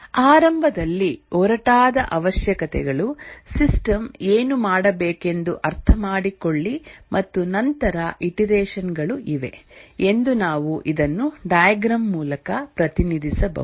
ಆರಂಭದಲ್ಲಿ ಒರಟಾದ ಅವಶ್ಯಕತೆಗಳು ಸಿಸ್ಟಮ್ ಏನು ಮಾಡಬೇಕೆಂದು ಅರ್ಥಮಾಡಿಕೊಳ್ಳಿ ಮತ್ತು ನಂತರ ಇಟರೆಷನ್ ಗಳು ಇವೆ ಎಂದು ನಾವು ಇದನ್ನು ಡೈಗ್ರಾಮ್ ಮೂಲಕ ಪ್ರತಿನಿಧಿಸಬಹುದು